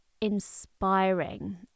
inspiring